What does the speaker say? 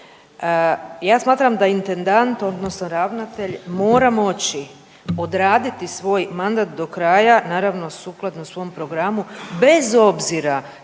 Ja smatram da intendant odnosno ravnatelj mora moći odraditi svoj mandat do kraja naravno sukladno svom programu bez obzira